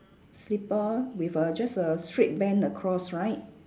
slipper with a just a straight band across right